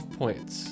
points